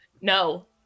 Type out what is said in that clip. No